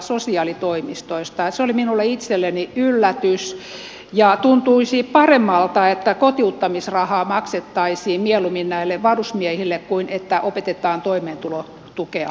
se oli minulle itselleni yllätys ja tuntuisi paremmalta että kotiuttamisrahaa maksettaisiin mieluummin näille varusmiehille kuin että opetetaan toimeentulotukea